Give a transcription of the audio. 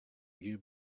you